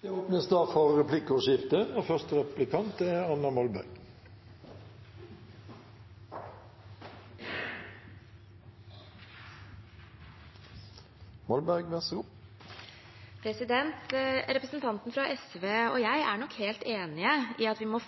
Det blir replikkordskifte. Representanten fra SV og jeg er nok helt enige om at vi må